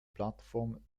plattform